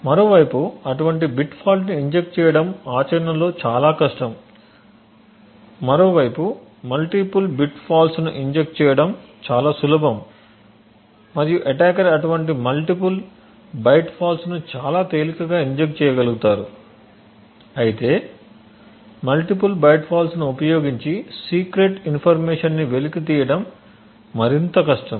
మరోవైపు అటువంటి బిట్ ఫాల్ట్ని ఇంజెక్ట్ చేయడం ఆచరణలో చాలా కష్టం మరోవైపు మల్టిపుల్ బైట్ ఫాల్ట్స్ను ఇంజెక్ట్ చేయడం చాలా సులభం మరియు అటాకర్ అటువంటి మల్టిపుల్ బైట్ ఫాల్ట్స్ ను చాలా తేలికగా ఇంజెక్ట్ చేయగలుగుతారు అయితే మల్టిపుల్ బైట్ ఫాల్ట్స్ ను ఉపయోగించి సీక్రెట్ ఇన్ఫర్మేషన్ ని వెలికి తీయడం మరింత కష్టం